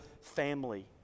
family